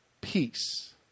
peace